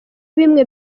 bimwe